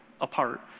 apart